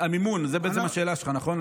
המימון, זאת בעצם השאלה שלך, נכון?